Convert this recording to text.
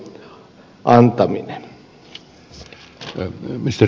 arvoisa herra puhemies